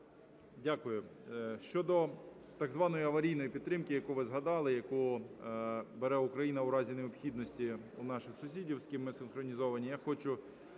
Дякую. Щодо так званої аварійної підтримки, яку ви згадали, яку бере Україна в разі необхідності в наших сусідів, з ким ми синхронізовані. Я хочу